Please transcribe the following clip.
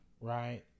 right